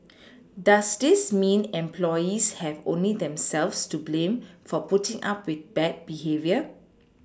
does this mean employees have only themselves to blame for putting up with bad behaviour